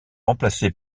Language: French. remplacé